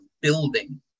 building